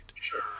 Sure